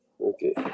Okay